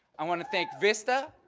i want to thank vista.